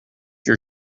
your